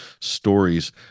stories